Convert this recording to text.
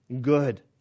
good